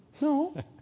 No